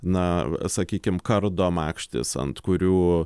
na sakykim kardo makštis ant kurių